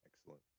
Excellent